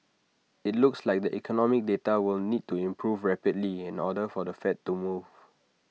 IT looks like the economic data will need to improve rapidly in order for the fed to move